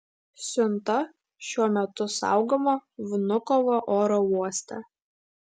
siunta šiuo metu saugoma vnukovo oro uoste